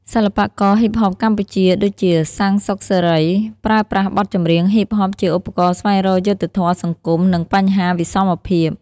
សិល្បករហ៊ីបហបកម្ពុជា ដូចជា សាំង សុខសេរី ប្រើប្រាស់បទចម្រៀងហ៊ីបហបជាឧបករណ៍ស្វែងរកយុត្តិធម៌សង្គម និងបញ្ហាវិសមភាព។